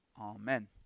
Amen